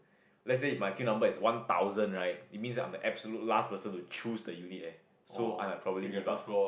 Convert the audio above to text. let's say my queue number is one thousand right it means that I'm the absolute last person to choose the unit eh so I might probably give up